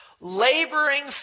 Laboring